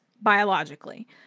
biologically